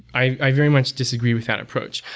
i very much disagree with that approach,